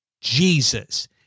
Jesus